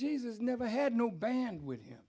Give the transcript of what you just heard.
jesus never had no band with him